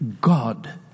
God